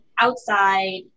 outside